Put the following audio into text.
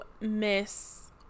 miss